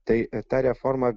tai ta reforma